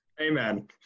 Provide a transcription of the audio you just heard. Amen